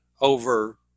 over